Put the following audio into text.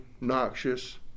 noxious